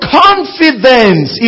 confidence